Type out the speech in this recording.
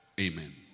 amen